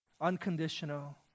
unconditional